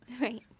right